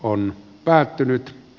on päättynyt